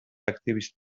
aktibista